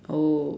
oh